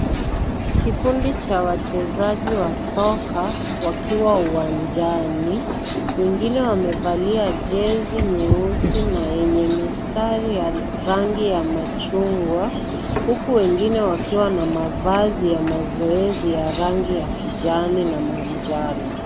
Kikundi cha wachezaji wa soka wakiwa uwanjani. Wengine wamevalia jezi nyeusi na yenye mistari ya rangi ya machungwa, huku wengine wakiwa na mavazi ya mazoezi ya rangi ya kijani na manjano.